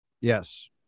Yes